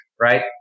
Right